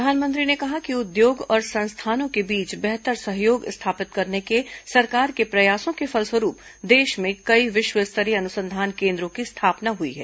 प्रधानमंत्री ने कहा कि उद्योग और संस्थानों के बीच बेहतर सहयोग स्थापित करने के सरकार के प्रयासों के फलस्वरूप देष में कई विष्व स्तरीय अनुसंधान केन्द्रों की स्थापना हुई है